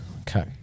Okay